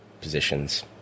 positions